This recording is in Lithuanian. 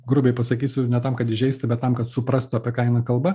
grubiai pasakysiu ne tam kad įžeisti bet tam kad suprastų apie ką eina kalba